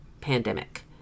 pandemic